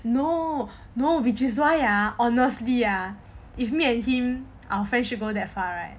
no no which is why I honestly ah if me and him our friendship go that far right